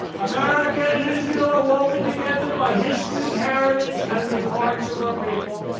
america and israel are woven together by history, heritage, and the hearts of our people.